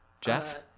jeff